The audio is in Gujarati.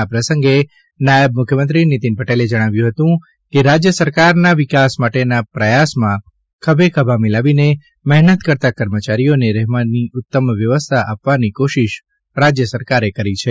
આ પ્રસંગે નાયબ મુખ્યમંત્રી નીતિનભાઈ પટેલે જણાવ્યું હતું કે રાજ્ય સરકારના વિકાસ માટેના પ્રયાસમાં ખભે ખભા મિલાવીને મહેનત કરતા કર્મચારીઓને રહેવાની ઉત્તમ વ્યવસ્થા આપવાની કોશિષ રાજ્ય સરકારે કરી છે